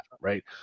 right